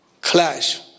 clash